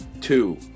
Two